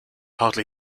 hardly